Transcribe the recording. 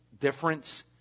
difference